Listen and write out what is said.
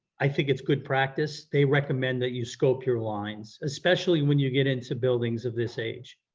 i think it's good practice, they recommend that you scope your lines, especially when you get into buildings of this age.